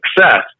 success